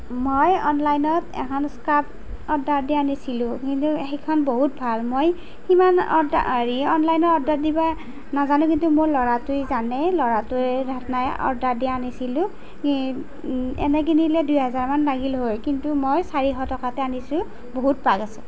মই অনলাইনত এখন স্কাৰ্ফ অৰ্ডাৰ দি আনিছিলোঁ কিন্তু সেইখন বহুত ভাল মই সিমান অৰ্ডাৰ হেৰি অনলাইনত অৰ্ডাৰ দিব নাজানো কিন্তু মোৰ ল'ৰাটোৱে জানে ল'ৰাটোৱে অৰ্ডাৰ দি আনিছিলোঁ সি এনেই কিনিলে দুইহাজাৰমান লাগিল হয় কিন্তু মই চাৰিশ টকাতে আনিছোঁ বহুত পাগ আছে